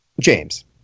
James